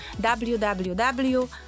www